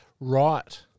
Right